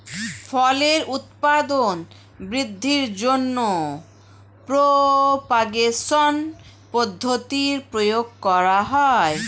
ফলের উৎপাদন বৃদ্ধির জন্য প্রপাগেশন পদ্ধতির প্রয়োগ করা হয়